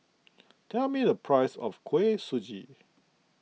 tell me the price of Kuih Suji